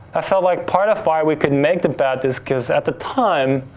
i felt like part of why we could make the bet is cause at the time